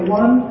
one